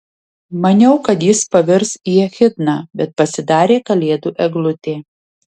maniau kad jis pavirs į echidną bet pasidarė kalėdų eglutė